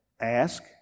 Ask